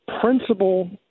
principal